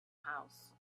house